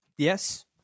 Yes